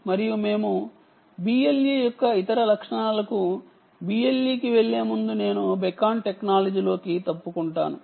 మరియు మేము BLE యొక్క ఇతర లక్షణాలకు BLE కి వెళ్ళే ముందు నేను బెకన్ టెక్నాలజీ నుండి తప్పుకుంటాను